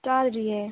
ꯆꯥꯗ꯭ꯔꯤꯑꯦ